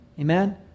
Amen